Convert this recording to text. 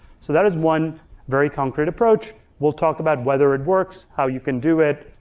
so that is one very concrete approach. we'll talk about whether it works, how you can do it,